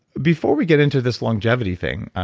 before we get into this longevity thing,